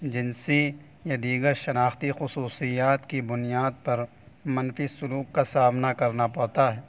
جنسی یا دیگر شناختی خصوصیات کی بنیاد پر منفی سلوک کا سامنا کرنا پڑتا ہے